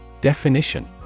Definition